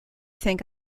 think